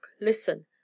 listen